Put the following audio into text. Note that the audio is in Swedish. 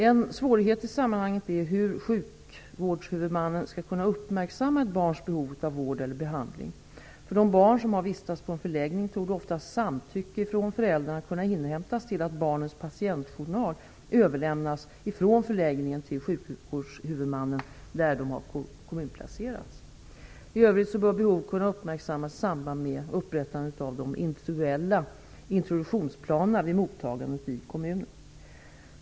En svårighet i sammanhanget är hur sjukvårdshuvudmannen skall kunna uppmärksamma ett barns behov av vård eller behandling. För de barn som har vistats på en förläggning torde oftast samtycke från föräldrarna kunna inhämtas till att barnens patientjournal överlämnas från förläggningen till sjukvårdshuvudmannen där de kommunplacerats. I övrigt bör behovet kunna uppmärksammas i samband med upprättandet av de individuella introduktionsplanerna vid mottagandet i kommunen.